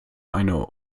eine